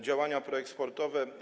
Działania proeksportowe.